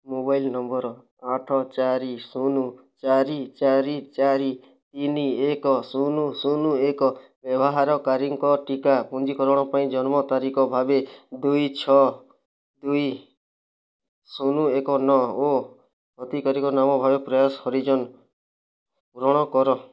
mobile number ଆଠ ଚାରି ଶୂନ ଚାରି ଚାରି ଚାରି ତିନି ଏକ ଶୂନ ଶୂନ ଏକ ବ୍ୟବହାରକାରୀଙ୍କ ଟୀକା ପଞ୍ଜୀକରଣ ପାଇଁ ଜନ୍ମ ତାରିଖ ଭାବେ ଦୁଇ ଛଅ ଦୁଇ ଶୂନ ଏକ ନଅ ଓ ଅଧିକାରୀଙ୍କ ନାମ ଭାବେ ପ୍ରୟାସ ହରିଜନ ପୂରଣ କର